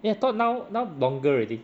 eh I thought now now longer already